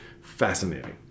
fascinating